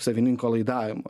savininko laidavimu